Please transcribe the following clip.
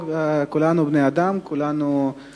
כולנו בני אדם, כולנו יכולים להיות גמישים.